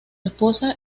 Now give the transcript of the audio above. esposa